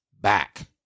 back